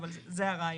אבל זה הרעיון.